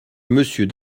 monsieur